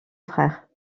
frère